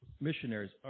missionaries